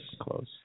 Close